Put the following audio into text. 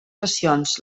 passions